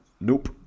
nope